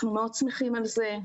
אנחנו מאוד שמחים על זה.